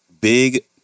Big